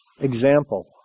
example